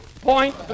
point